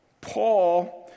Paul